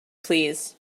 please